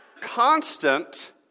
constant